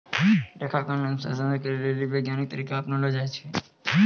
लेखांकन अनुसन्धान के लेली वैज्ञानिक तरीका अपनैलो जाय छै